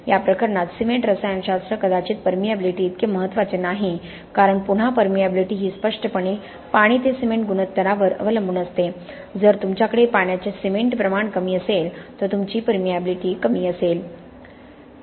या प्रकरणात सिमेंट रसायनशास्त्र कदाचित परमिएबिलिटीइतके महत्त्वाचे नाही कारण पुन्हा परमिएबिलिटी ही स्पष्टपणे पाणी ते सिमेंट गुणोत्तरावर अवलंबून असते जर तुमच्याकडे पाण्याचे सिमेंट प्रमाण कमी असेल तर तुमची परमिएबिलिटी कमी असेल